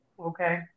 Okay